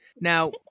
Now